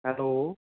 hello